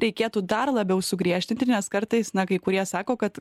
reikėtų dar labiau sugriežtinti nes kartais na kai kurie sako kad